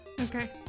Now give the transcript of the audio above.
Okay